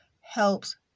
helps